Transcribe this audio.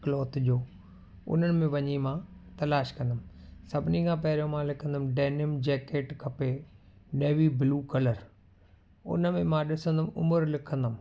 cloth जो उन्हनि में वञी मां तलाश कंदुमि सभिनी खां पहिरियों मां लिखंदुमि डैनिम जैकेट खपे नेवी ब्लू कलर उन में मां ॾिसंदुमि उमिरि लिखंदुमि